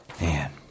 Man